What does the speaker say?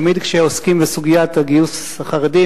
תמיד כשעוסקים בסוגיית הגיוס לחרדים,